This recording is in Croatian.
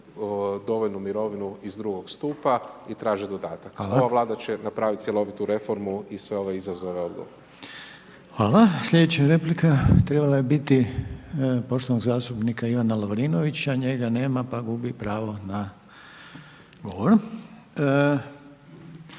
dovoljnu mirovinu iz II. stupa i traže dodatak. Ova vlada će napraviti cjelovitu reformu i sve ove izazove …/Govornik se ne razumije./… **Reiner, Željko (HDZ)** Hvala. Slijedeća replika trebala je biti poštovanog zastupnika Ivana Lovrinovića, njega nema pa gubi pravo na govor. I sada